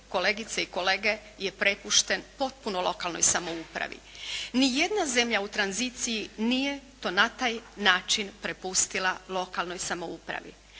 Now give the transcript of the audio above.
kolegice i kolege je prepušten potpuno lokalnoj samoupravi. Ni jedna zemlja u tranziciji nije to na taj način prepustila lokalnoj samoupravi.